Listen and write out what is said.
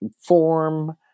form